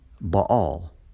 Baal